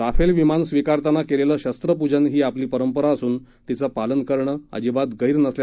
Rafale विमान स्वीकारताना केलेलं शस्त्रपूजन ही आपली परंपरा असून तिचं पालन करणं अजिबात गैर नसल्याचं मत यांनी मांडलं